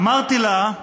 אמרתי לה: